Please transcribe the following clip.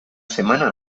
semana